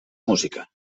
música